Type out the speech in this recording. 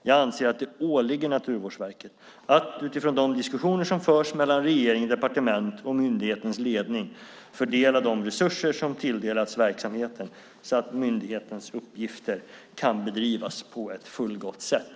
Jag anser att det åligger Naturvårdsverket att utifrån de diskussioner som förs mellan regering och departement samt myndighetens ledning fördela de resurser som tilldelats verksamheten så att myndighetens uppgifter kan bedrivas på ett fullgott sätt.